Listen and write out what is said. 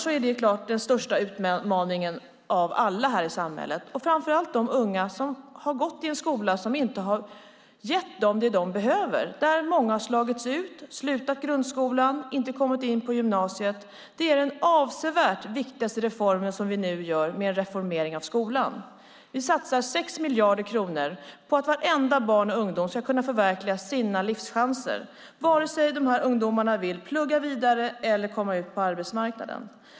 Detta är den klart största utmaningen av alla här i samhället. Det gäller framför allt de unga som har gått i en skola som inte har gett dem det som de behöver. Många har slagits ut, slutat grundskolan och inte kommit in på gymnasiet. Den avsevärt viktigaste reformen som vi nu gör är reformeringen av skolan. Vi satsar 6 miljarder på att vartenda barn och varenda ungdom ska kunna förverkliga sina livschanser vare sig de vill pluggare vidare eller komma ut på arbetsmarknaden.